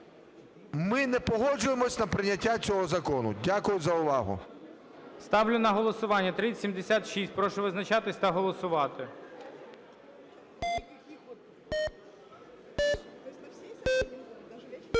ми не погоджуємось на прийняття цього закону. Дякую за увагу. ГОЛОВУЮЧИЙ. Ставлю на голосування 3076. Прошу визначатись та голосувати.